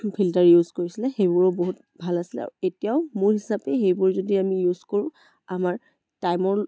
filter use কৰিছিলে সেইবোৰো বহুত ভাল আছিলে আৰু এতিয়াও মোৰ হিচাপে সেইবোৰ যদি আমি ইউজ কৰোঁ আমাৰ টাইমৰ